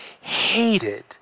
hated